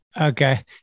Okay